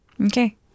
Okay